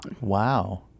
Wow